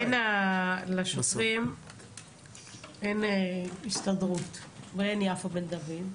אין לשוטרים הסתדרות ואין יפה בן דוד,